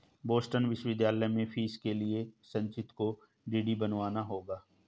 Boston विश्वविद्यालय में fees के लिए संचित को डी.डी बनवाना होगा